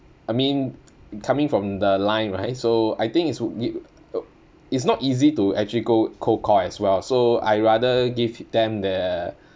I mean coming from the line right so I think it's it's not easy to actually go cold call as well so I rather give them the